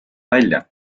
välja